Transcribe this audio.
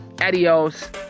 adios